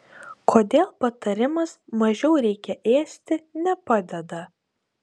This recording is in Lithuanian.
kodėl patarimas mažiau reikia ėsti nepadeda